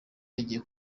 agiye